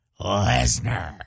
Lesnar